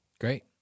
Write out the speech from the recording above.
Great